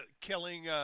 Killing